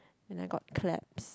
and then got claps